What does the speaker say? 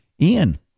Ian